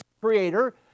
creator